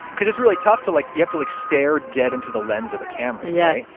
because it's really tough to like. you have to, like, stare dead into the lens of the camera. yeah.